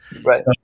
Right